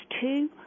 two